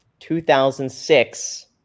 2006